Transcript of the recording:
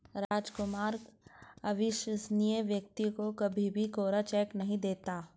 रामकुमार अविश्वसनीय व्यक्ति को कभी भी कोरा चेक नहीं देता